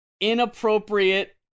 inappropriate